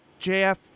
JF